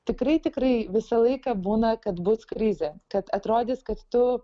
tikrai tikrai visą laiką būna kad bus krizė kad atrodys kad tu